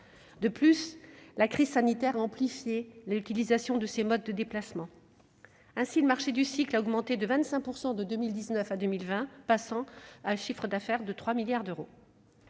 La crise sanitaire a amplifié l'utilisation de ces modes de déplacement. Ainsi, le marché du cycle a augmenté de 25 % de 2019 à 2020, atteignant un chiffre d'affaires de 3 milliards d'euros.